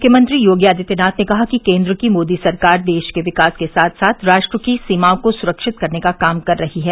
मुख्यमंत्री योगी आदित्यनाथ ने कहा कि केन्द्र की मोदी सरकार देश के विकास के साथ साथ राष्ट्र की सीमाओं को सुरक्षित करने का काम कर रही है